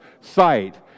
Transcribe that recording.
sight